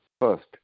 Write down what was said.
First